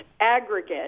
aggregate